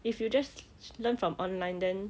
if you just learn from online then